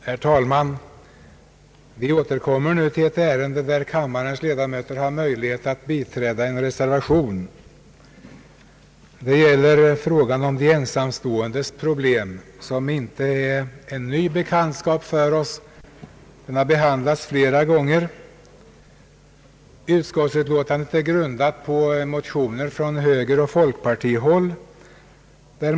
Herr talman! Vi återkommer nu till ett ärende, där kammarens ledamöter har möjlighet att biträda en reservation. Det gäller frågan om de ensamståendes problem. Frågan har tidigare behandlats flera gånger. Utskottsutlåtandet är grundat på motioner från högern och folkpartiet.